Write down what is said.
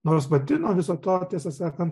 nors pati nuo viso to tiesą sakant